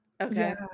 okay